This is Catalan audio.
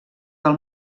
del